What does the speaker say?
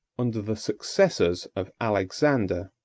under the successors of alexander,